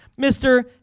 Mr